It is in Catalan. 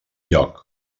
lloc